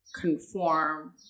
conform